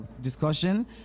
discussion